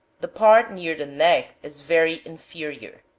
the part near the neck is very inferior.